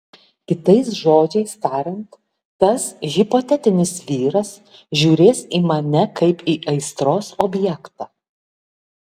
kitais žodžiai tariant tas hipotetinis vyras žiūrės į mane kaip į aistros objektą